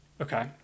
Okay